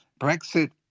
Brexit